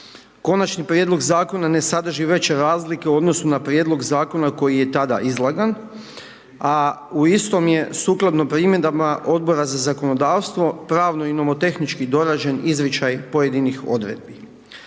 Konačni prijedlog zakona ne sadrži veće razlike u odnosu na prijedlog zakona koji je tada izlagan, a u istom je sukladno primjedbama Odbora za zakonodavstvo pravo i nomotehnički dorađen izričaj pojedinih odredbi.